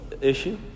issue